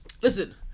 Listen